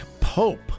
Pope